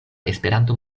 esperanto